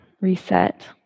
Reset